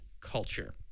culture